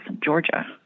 Georgia